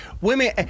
women